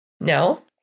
No